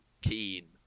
keen